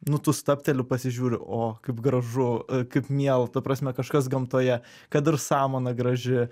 nu tu stabteli pasižiūri o kaip gražu kaip miela ta prasme kažkas gamtoje kad ir samana graži